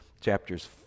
chapters